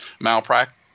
malpractice